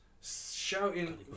shouting